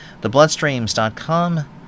Thebloodstreams.com